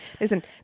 listen